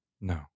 No